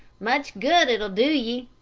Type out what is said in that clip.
much good it'll do ye,